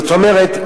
זאת אומרת,